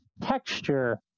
texture